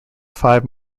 five